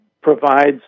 provides